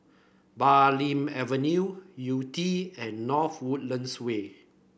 Bulim Avenue Yew Tee and North Woodlands Way